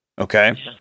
Okay